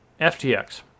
FTX